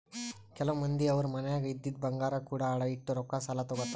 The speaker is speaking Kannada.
ಕೆಲವ್ ಮಂದಿ ಅವ್ರ್ ಮನ್ಯಾಗ್ ಇದ್ದಿದ್ ಬಂಗಾರ್ ಅಡ ಇಟ್ಟು ರೊಕ್ಕಾ ಸಾಲ ತಗೋತಾರ್